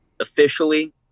officially